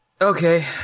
okay